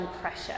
pressure